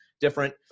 different